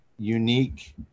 unique